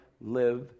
live